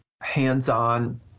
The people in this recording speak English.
hands-on